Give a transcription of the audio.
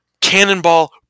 cannonball